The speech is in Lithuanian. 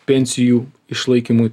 pensijų išlaikymui